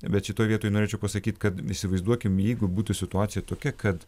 bet šitoj vietoj norėčiau pasakyt kad įsivaizduokim jeigu būtų situacija tokia kad